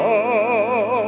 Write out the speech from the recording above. oh